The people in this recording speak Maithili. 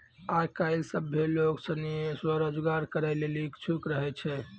आय काइल सभ्भे लोग सनी स्वरोजगार करै लेली इच्छुक रहै छै